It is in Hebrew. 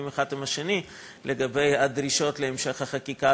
האחד עם השני על הדרישות להמשך החקיקה,